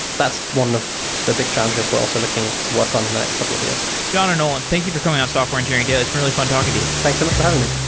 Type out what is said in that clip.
that's one of the big challenges we're also looking to work on in the next couple of years john o'nolan, thank you for coming on software engineering daily. it's been really fun talking to you thanks so much for having me